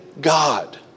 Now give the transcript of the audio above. God